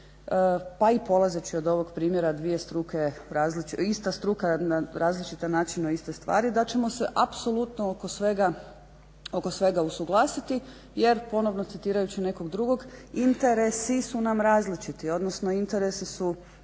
Pa i polazeći od ovog primjera ista struka na različit način o istoj stvari, da ćemo se apsolutno oko svega usuglasiti jer ponovno citirajući nekog drugog, interesi su nam različiti, odnosno interesi su